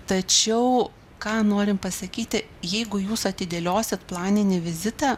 tačiau ką norim pasakyti jeigu jūs atidėliosit planinį vizitą